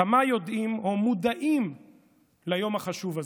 כמה יודעים או מודעים ליום החשוב הזה,